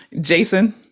Jason